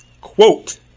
quote